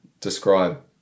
describe